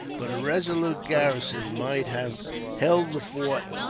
but a resolute garrison might have held the fort,